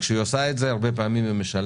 כשהיא עושה את זה, היא הרבה פעמים משלמת